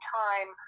time